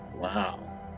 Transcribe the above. Wow